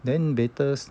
then later